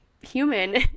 human